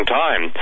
time